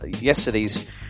yesterday's